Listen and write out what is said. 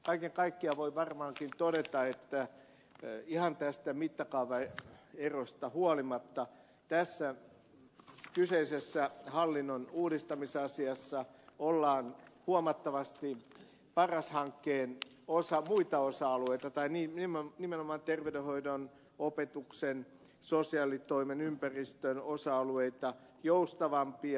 kaiken kaikkiaan voi varmaankin todeta että ihan tästä mittakaavaerosta huolimatta tässä kyseisessä hallinnon uudistamisasiassa ollaan huomattavasti paras hankkeen muita osa alueita nimenomaan terveydenhoidon opetuksen sosiaalitoimen ympäristön osa alueita joustavampia